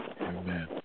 Amen